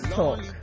talk